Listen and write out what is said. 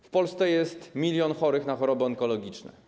W Polsce jest 1 mln chorych na choroby onkologiczne.